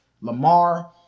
Lamar